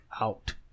out